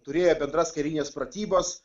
turėję bendras karines pratybas